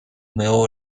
nuevo